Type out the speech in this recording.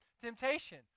temptation